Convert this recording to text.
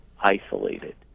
isolated